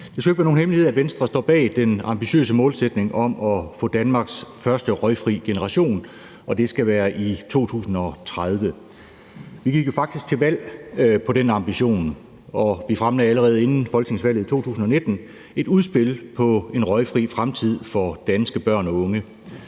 Det skal ikke være nogen hemmelighed, at Venstre står bag den ambitiøse målsætning om at få Danmarks første røgfri generation, og det skal være i 2030. Vi gik jo faktisk til valg på den ambition, og vi fremlagde allerede inden folketingsvalget i 2019 et udspil om en røgfri fremtid for danske børn og unge.